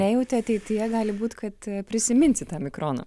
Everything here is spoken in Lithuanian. nejauti ateityje gali būt kad prisiminsi tą mikroną